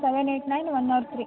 seven eight nine one not three